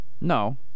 No